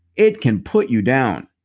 it can put you down.